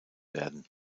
werden